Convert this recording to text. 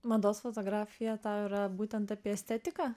mados fotografija tau yra būtent apie estetiką